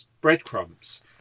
breadcrumbs